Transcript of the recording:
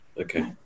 Okay